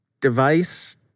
device